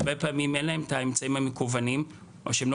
הרבה פעמים אין להם את האמצעים המקוונים או שהם לא